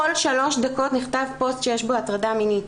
כל שלוש דקות נכתב פוסט שיש בו הטרדה מינית.